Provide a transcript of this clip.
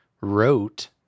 wrote